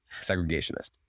segregationist